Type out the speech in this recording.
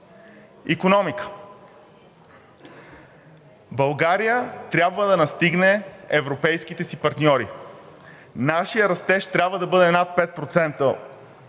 Икономика. България трябва да настигне европейските си партньори. Нашият растеж трябва да бъде над 5%